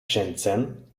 shenzhen